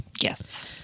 yes